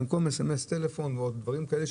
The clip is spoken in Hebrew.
במקום סמס לפעול בטלפון או דברים כאלה,